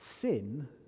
sin